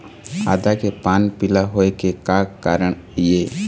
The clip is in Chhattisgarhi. आदा के पान पिला होय के का कारण ये?